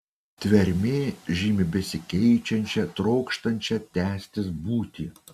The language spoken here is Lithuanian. tvermė žymi besikeičiančią trokštančią tęstis būtį